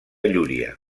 llúria